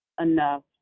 enough